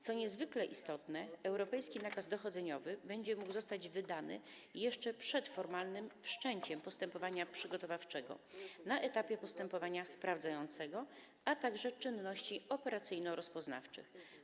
Co niezwykle istotne, europejski nakaz dochodzeniowy będzie mógł zostać wydany jeszcze przed formalnym wszczęciem postępowania przygotowawczego, na etapie postępowania sprawdzającego, a także czynności operacyjno-rozpoznawczych.